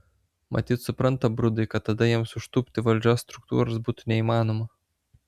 matyt supranta brudai kad tada jiems užtūpti valdžios struktūras būtų neįmanoma